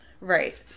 right